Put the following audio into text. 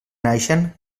naixen